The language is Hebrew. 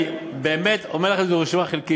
אני באמת אומר לכם שזאת רשימה חלקית,